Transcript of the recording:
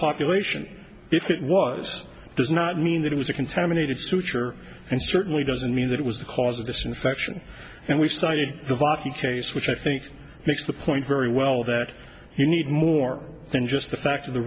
population if it was does not mean that it was a contaminated suture and certainly doesn't mean that it was the cause of this infection and we cited the voc each case which i think makes the point very well that you need more than just the fact of the